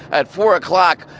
at four o'clock,